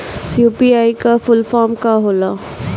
UPI का full form का होला?